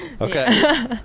Okay